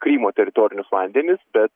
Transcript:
krymo teritorinius vandenis bet